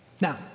Now